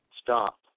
stop